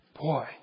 Boy